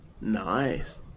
Nice